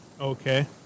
Okay